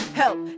help